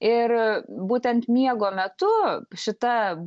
ir būtent miego metu šita